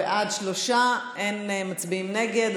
בעד, שלושה, אין מצביעים נגד.